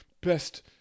best